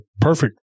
perfect